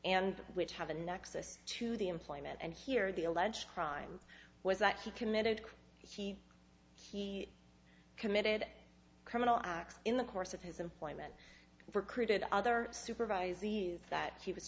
and which have a nexus to the employment and here the alleged crime was that he committed he he committed criminal acts in the course of his employment recruited other supervisee that he was